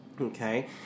Okay